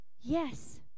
Yes